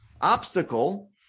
obstacle